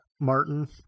Martin